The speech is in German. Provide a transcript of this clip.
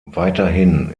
weiterhin